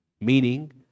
Meaning